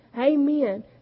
Amen